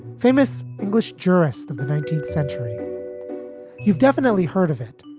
famous english jurist of the nineteenth century you've definitely heard of it.